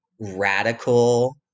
radical